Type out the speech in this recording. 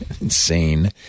insane